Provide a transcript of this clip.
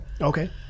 Okay